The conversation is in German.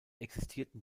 existierten